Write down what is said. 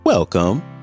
Welcome